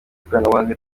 ikoranabuhanga